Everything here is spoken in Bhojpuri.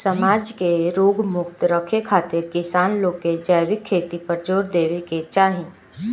समाज के रोग मुक्त रखे खातिर किसान लोग के जैविक खेती पर जोर देवे के चाही